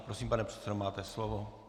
Prosím, pane předsedo, máte slovo.